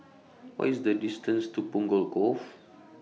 What IS The distance to Punggol Cove